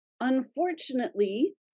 unfortunately